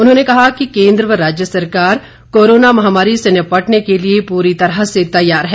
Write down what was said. उन्होंने कहा कि केंद्र व राज्य सरकार कोरोना महामारी से निपटने के लिए पूरी तरह से तैयार है